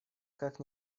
как